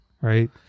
right